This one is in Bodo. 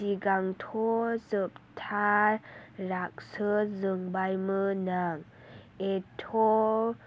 सिगांथ' जोबथा रागसो जोंबायमोन आं एट'